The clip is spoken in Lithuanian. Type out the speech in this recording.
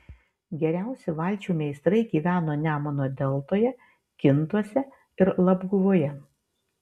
geriausi valčių meistrai gyveno nemuno deltoje kintuose ir labguvoje